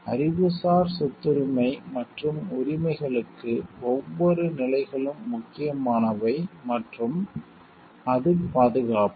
அறிவுசார் சொத்துரிமை மற்றும் உரிமைகளுக்கு ஒவ்வொரு நிலைகளும் முக்கியமானவை மற்றும் அது பாதுகாப்பு